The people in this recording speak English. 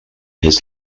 his